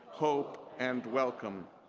hope, and welcome.